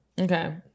okay